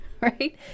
right